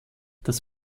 das